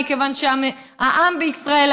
מכיוון שהעם בישראל,